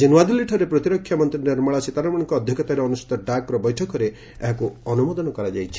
ଆଜି ନୂଆଦିଲ୍ଲୀଠାରେ ପ୍ରତିରକ୍ଷା ମନ୍ତ୍ରୀ ନିର୍ମଳା ସୀତାରମଣଙ୍କ ଅଧ୍ୟକ୍ଷତାରେ ଅନୁଷ୍ଠିତ ଡାକ୍ର ବୈଠକରେ ଏହାକୁ ଅନୁମୋଦନ କରାଯାଇଛି